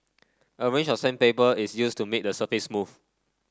a range of sandpaper is used to make the surface smooth